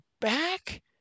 back